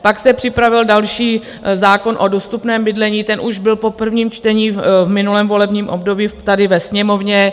Pak se připravil další zákon o dostupném bydlení, ten už byl po prvním čtení v minulém volebním období tady ve Sněmovně.